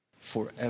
forever